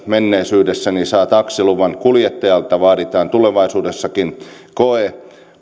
menneisyydessä niin saa taksiluvan kuljettajalta vaaditaan tulevaisuudessakin koe